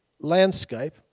landscape